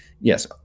yes